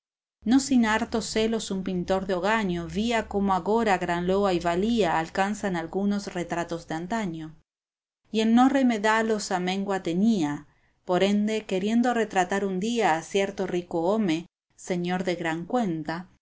no sin hartos celos un pintor de hogaño vía cómo agora gran loa y valía alcanzan algunos retratos de antaño y el no remedallos a mengua tenía por ende queriendo retratar un día a cierto rico home señor de gran cuenta